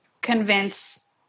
convince